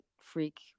freak